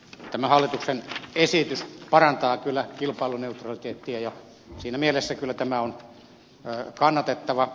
tämä hallituksen esitys parantaa kyllä kilpailuneutraliteettia ja siinä mielessä tämä on kyllä kannatettava